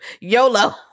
YOLO